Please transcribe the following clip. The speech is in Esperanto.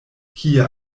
kie